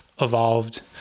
evolved